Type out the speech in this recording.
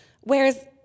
Whereas